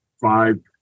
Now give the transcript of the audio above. five